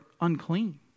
unclean